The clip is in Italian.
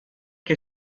che